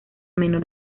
menor